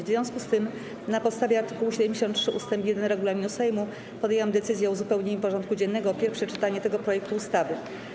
W związku z tym, na podstawie art. 73 ust. 1 regulaminu Sejmu, podjęłam decyzję o uzupełnieniu porządku dziennego o pierwsze czytanie tego projektu ustawy.